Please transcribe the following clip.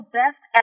best